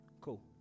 Cool